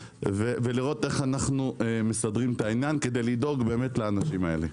ולראות איך אנו מסדרים את העניין כדי לדאוג לאנשים הללו.